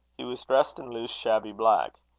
he was dressed in loose, shabby black.